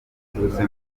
biturutse